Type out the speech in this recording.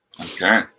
Okay